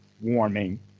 warming